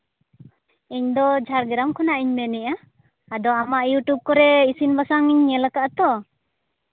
ᱤᱧᱫᱚ ᱡᱷᱟᱲᱜᱨᱟᱢ ᱠᱷᱚᱱᱟᱜ ᱤᱧ ᱢᱮᱱᱮᱜᱼᱟ ᱟᱫᱚ ᱟᱢᱟᱜ ᱤᱭᱩᱴᱩᱵᱽ ᱠᱚᱨᱮ ᱤᱥᱤᱱ ᱵᱟᱥᱟᱝ ᱤᱧ ᱧᱮᱞ ᱠᱟᱜᱼᱟ ᱛᱚ